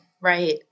Right